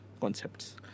concepts